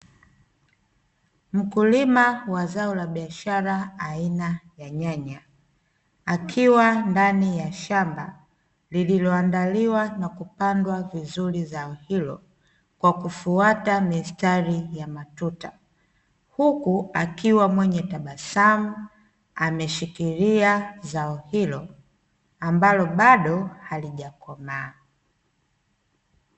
Mkulima wa zao la biashara aina nyanya, akiwa ndani ya shamba lililoandaliwa na kupandwa vizuri zao hilo, kwa kufuata mistari ya matuta. Huku akiwa mwenye tabasamu, ameshikilia zao hilo, ambalo bado halijakomaa.